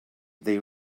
they